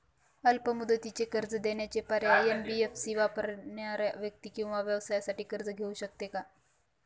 अल्प मुदतीचे कर्ज देण्याचे पर्याय, एन.बी.एफ.सी वापरणाऱ्या व्यक्ती किंवा व्यवसायांसाठी कर्ज घेऊ शकते का?